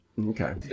Okay